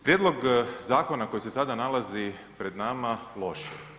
Prijedlog zakona koji se sada nalazi pred nama loš je.